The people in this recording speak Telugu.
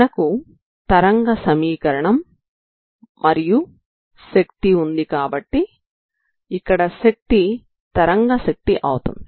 మనకు తరంగ సమీకరణం మరియు శక్తి ఉంది కాబట్టి ఇక్కడ శక్తి తరంగ శక్తి అవుతుంది